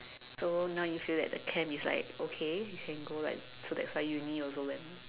so now you feel that the camp is like okay you can go like so that's why uni you also went